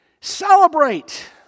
Celebrate